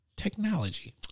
technology